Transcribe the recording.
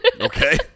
Okay